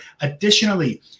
Additionally